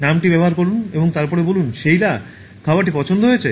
নামটি ব্যবহার করুন এবং তারপরে বলুন "শেইলা খাবারটি পছন্দ হয়েছে